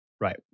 Right